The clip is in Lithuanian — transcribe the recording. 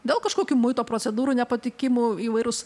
dėl kažkokių muito procedūrų nepatikimų įvairūs